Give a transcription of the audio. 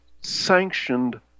sanctioned